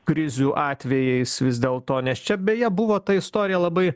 krizių atvejais vis dėlto nes čia beje buvo ta istorija labai